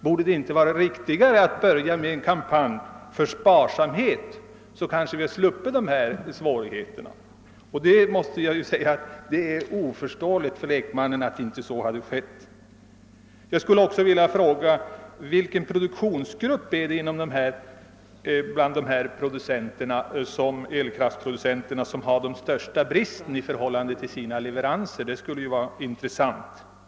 Hade det inte varit riktigare att starta en kampanj för sparsamhet med elektrisk ström? Då hade vi kanske sluppit dessa svårigheter. Det är helt oförståeligt för en lekman att så inte skett. Sedan undrar jag också, vilken produktionsgrupp bland elproducenterna som har den största bristen i förhållande till sina leveranser. Det skulle vara intressant att få veta detta.